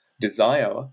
desire